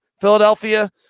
Philadelphia